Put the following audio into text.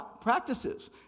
practices